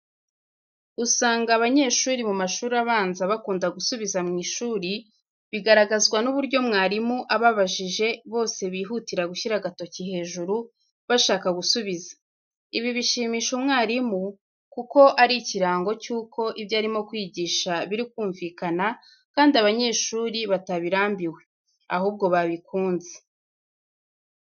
Usanga abanyeshuri mu mashuri abanza bakunda gusubiza mu ishuri, bigaragazwa n’uburyo mwarimu ababajije bose bihutira gushyira agatoki hejuru, bashaka gusubiza. Ibi bishimisha umwarimu, kuko ari ikirango cy’uko ibyo arimo kwigisha biri kumvikana, kandi abanyeshuri batabirambiwe, Ahubwo babikunze.